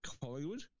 Collingwood